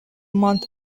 month